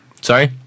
Sorry